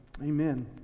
Amen